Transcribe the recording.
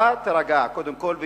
אתה תירגע קודם כול ותקשיב.